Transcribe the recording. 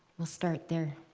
we'll start there.